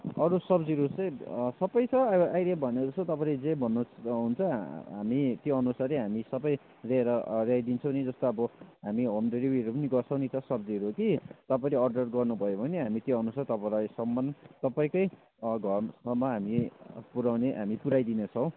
अरू सब्जीहरू चाहिँ सबै छ आ अहिले भनेको जस्तो तपाईँले जे भन्नुहुन्छ हामी त्यो अनुसारै हामी सबै ल्याएर ल्याइदिन्छौँ नि जस्तो अब हामी होम डिलिभरीहरू पनि गर्छौँ नि त सब्जीहरू कि तपाईँले अर्डर गर्नु भयो भने हामी त्योअनुसार तपाईँलाईसम्म तपाईँकै घरसम्म हामी पुऱ्याउने हामी पुऱ्याइदिनेछौँ